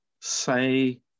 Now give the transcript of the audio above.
say